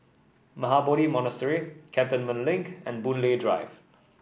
Mahabodhi Monastery Cantonment Link and Boon Lay Drive